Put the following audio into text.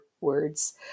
words